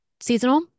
seasonal